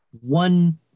one